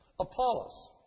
Apollos